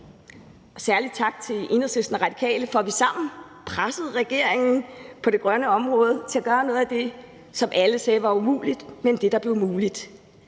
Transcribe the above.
Særlig tak til Enhedslisten og Radikale for, at vi sammen pressede regeringen på det grønne område til at gøre noget af det, som alle sagde var umuligt, men som blev muligt.